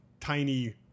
tiny